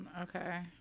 okay